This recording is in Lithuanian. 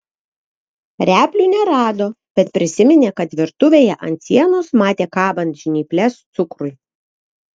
replių nerado bet prisiminė kad virtuvėje ant sienos matė kabant žnyples cukrui